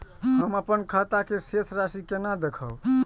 हम अपन खाता के शेष राशि केना देखब?